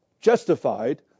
justified